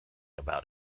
about